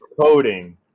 coding